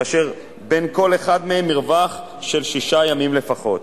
אשר בין כל אחד ואחד מהם מרווח של שישה ימים לפחות.